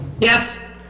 Yes